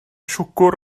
siwgr